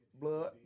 Blood